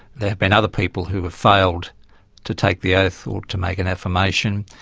there have been other people who have failed to take the oath, or to make an affirmation,